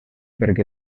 perquè